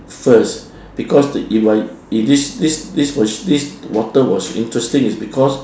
first because if I if this this this was this water was interesting is because